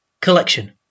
collection